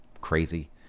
crazy